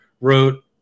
wrote